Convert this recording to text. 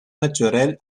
naturelle